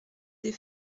des